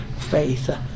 faith